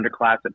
underclass